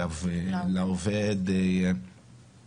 קו לעובד ואחרים